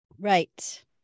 Right